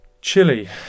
Chili